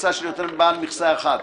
מכסה של יותר מבעל מכסה אחד,